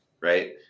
right